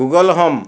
Google home